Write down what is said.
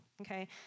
okay